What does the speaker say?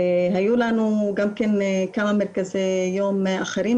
היו לנו כמה מרכזי יום אחרים,